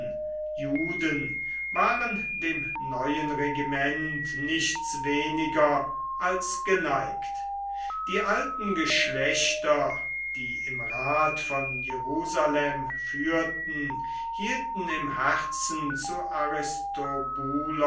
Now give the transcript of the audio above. juden waren dem neuen regiment nichts weniger als geneigt die alten geschlechter die im rat von jerusalem führten hielten im herzen zu